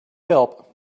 help